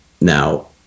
Now